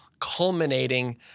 culminating